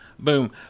Boom